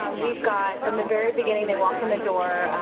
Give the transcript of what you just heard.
um we've got from the very beginning, they walk in the door,